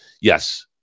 yes